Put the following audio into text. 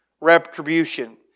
retribution